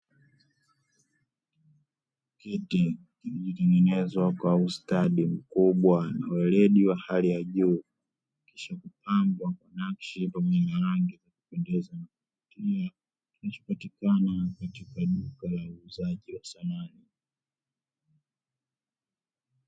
Kiti kimetengenezwa kwa ustadi mkubwa na weledi wa hali ya juu kisha kupambwa nakshi pamoja na kupendeza katika duka la uuzaji wa samani.